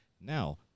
Now